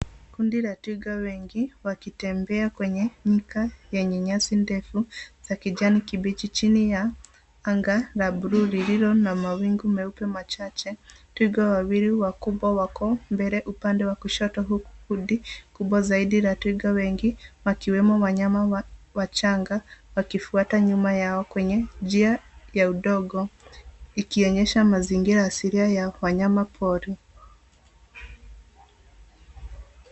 Kundi la twiga wengi, wakitembea kwenye nyika yenye nyasi ndefu, za kijani kibichi chini ya anga la buluu, lililo na mawingu meupe machache. Twiga wawili wakubwa wako mbele upande wa kushoto, huku Kundi kubwa zaidi la twiga wengi, wakiwemo wanyama wachanga, wakifuata nyuma yao kwenye njia ya udongo. Inaonyesha mazingira ya asili ya wanyamapori.